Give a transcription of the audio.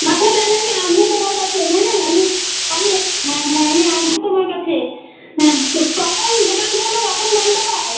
রাখো তাহলে আমি আসবো তোমার কাছে হ্যাঁ আমি আমি হ্যাঁ হ্যাঁ আমি আসবো তোমার কাছে হ্যাঁ তো কখন দোকান খোলো কখন বন্ধ হয়